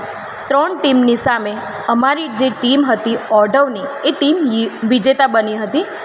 તે ત્રણ ટીમની સામે અમારી જે ટીમ હતી ઓઢવની એ ટીમ લી વીજેતા બની હતી